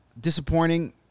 disappointing